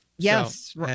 Yes